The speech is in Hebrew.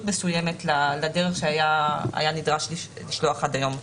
מסוימת לדרך שהיה נדרש לשלוח עד היום.